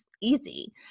easy